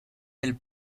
del